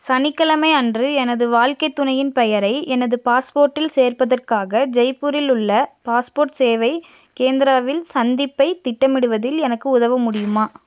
சனிக்கிழமை அன்று எனது வாழ்க்கைத் துணையின் பெயரை எனது பாஸ்போர்ட்டில் சேர்ப்பதற்காக ஜெய்ப்பூரில் உள்ள பாஸ்போர்ட் சேவை கேந்திராவில் சந்திப்பைத் திட்டமிடுவதில் எனக்கு உதவ முடியுமா